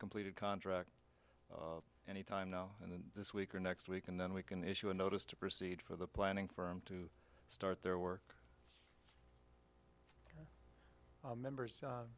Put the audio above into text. completed contract any time now and this week or next week and then we can issue a notice to proceed for the planning for them to start their work members